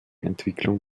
entwicklung